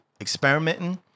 Experimenting